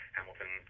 Hamilton